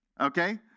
okay